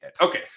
Okay